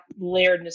layeredness